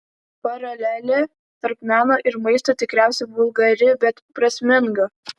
paralelė tarp meno ir maisto tikriausiai vulgari bet prasminga